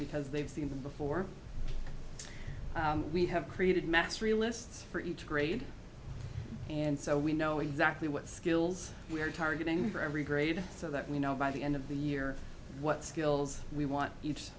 because they've seen them before we have created mastery lists for each grade and so we know exactly what skills we are targeting for every grade so that we know by the end of the year what skills we want each